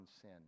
sin